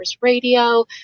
Radio